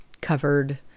covered